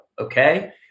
okay